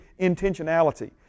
intentionality